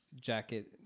jacket